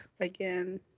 Again